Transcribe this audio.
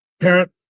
parent